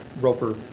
Roper